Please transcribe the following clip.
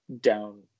down